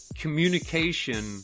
communication